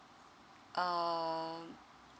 uh